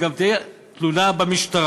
זו גם תהיה תלונה במשטרה.